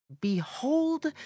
Behold